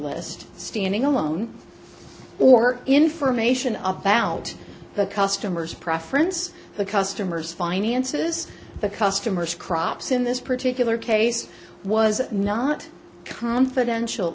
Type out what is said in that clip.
list standing alone or information of valid customers preference customers finances the customer's crops in this particular case was not confidential